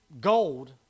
gold